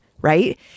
right